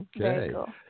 okay